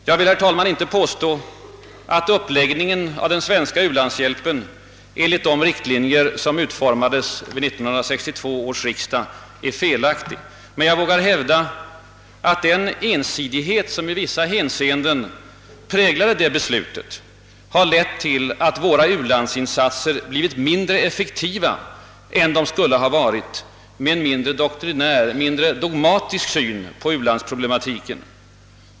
Jag vill, herr talman, inte påstå att uppläggningen av den svenska u-landshjälpen enligt de riktlinjer som utformades vid 1962 års riksdag är felaktig, men jag vågar hävda att den ensidighet, som i vissa avseenden präglade det beslutet, har lett till att våra u-landsinsat ser blivit mindre effektiva än de skulle ha blivit med en mindre doktrinär, en mindre dogmatisk syn på u-landsprobiematiken.